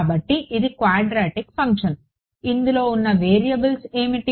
కాబట్టి ఇది quadratic function ఇందులో ఉన్న వేరియబుల్స్ ఏమిటి